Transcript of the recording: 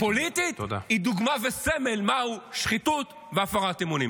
פוליטית היא דוגמה וסמל למהן שחיתות והפרת אמונים.